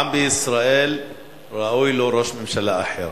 העם בישראל ראוי לו ראש ממשלה אחר.